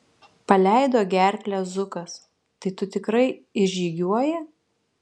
paleido gerklę zukas tai tu tikrai išžygiuoji